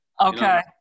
Okay